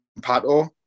Pato